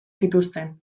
zituzten